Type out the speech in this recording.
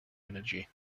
energy